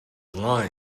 line